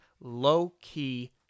low-key